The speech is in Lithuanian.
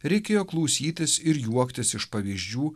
reikėjo klausytis ir juoktis iš pavyzdžių